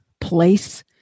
place